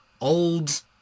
old